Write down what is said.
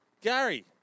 gary